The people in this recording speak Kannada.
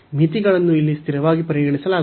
ಮಿತಿಗಳನ್ನು ಇಲ್ಲಿ ಸ್ಥಿರವಾಗಿ ಪರಿಗಣಿಸಲಾಗುತ್ತದೆ